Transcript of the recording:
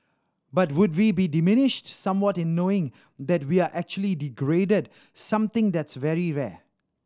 but would we be diminished somewhat in knowing that we're actually degraded something that's very rare